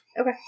Okay